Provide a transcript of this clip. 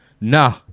nah